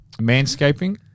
manscaping